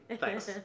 Thanks